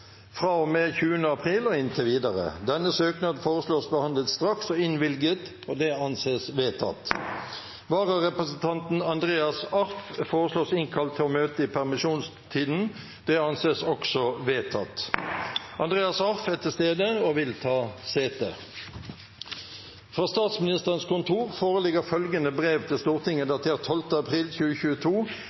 april og inntil videre. Etter forslag fra presidenten ble enstemmig besluttet: Søknaden behandles straks og innvilges. Vararepresentanten Andreas Arff innkalles for å møte i permisjonstiden. Andreas Arff er til stede og vil ta sete. Fra Statsministerens kontor foreligger følgende brev til Stortinget, datert 12. april 2022,